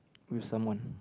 with someone